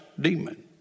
demon